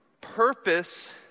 Purpose